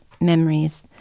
memories